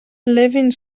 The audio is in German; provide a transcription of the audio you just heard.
levin